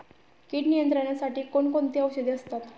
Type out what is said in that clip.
कीड नियंत्रणासाठी कोण कोणती औषधे असतात?